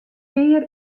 pear